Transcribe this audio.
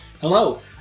hello